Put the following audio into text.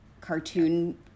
cartoon